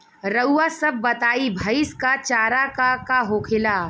रउआ सभ बताई भईस क चारा का का होखेला?